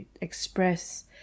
express